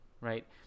right